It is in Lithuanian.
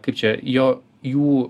kaip čia jo jų